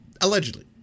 allegedly